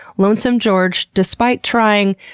lonesome george, despite trying,